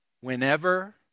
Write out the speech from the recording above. Whenever